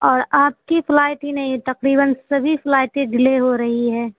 اور آپ کی فلائٹ ہی نہیں تقریباً سبھی فلائٹیں ڈلے ہو رہی ہیں